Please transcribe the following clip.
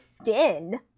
skin